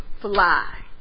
fly